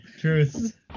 Truth